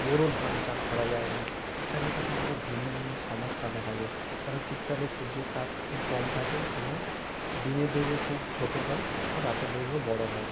বোরো ধান চাষ করা যায় না ইত্যাদি ক্ষেত্রে আমাদের ভিন্ন ভিন্ন সমস্যা দেখা যায় কারণ শীতকালে সূর্যের তাপ খুব কম থাকে এবং দিনের দৈর্ঘ্য খুব ছোটো হয় এবং রাতের দৈর্ঘ্য বড়ো হয়